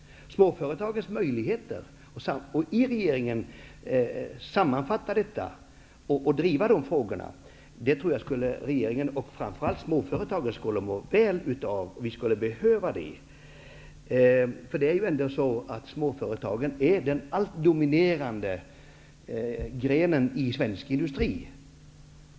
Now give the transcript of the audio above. Ministern skulle kunna driva just dessa frågor i regeringen. Jag tror att regeringen och framför allt småföretagen skulle må väl av detta. Det är ju ändå så att småföretagen är den allt dominerande grenen i svensk industri.